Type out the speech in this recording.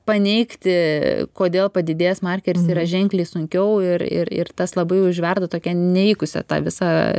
paneigti kodėl padidėjęs markeris yra ženkliai sunkiau ir ir ir tas labai užverda tokią nevykusią tą visą